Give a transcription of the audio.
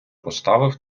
поставив